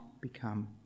become